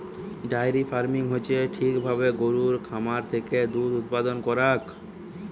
diary farming হচ্যে ঠিক ভাবে গরুর খামার থেক্যে দুধ উপাদান করাক